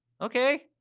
okay